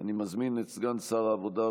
אני מזמין את סגן שר העבודה,